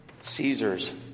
Caesars